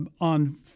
on